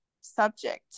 subject